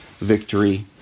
Victory